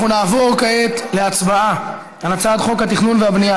אנחנו נעבור כעת להצבעה על הצעת חוק התכנון והבנייה